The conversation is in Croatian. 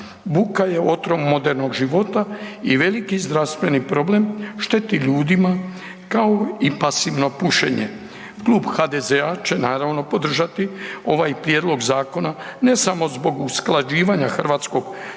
Buka je otrov modernog života i veliki zdravstveni problem, šteti ljudima kao i pasivno pušenje. Klub HDZ-a će naravno podržati ovaj prijedlog zakona ne samo zbog usklađivanja hrvatskog